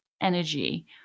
energy